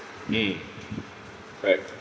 mm correct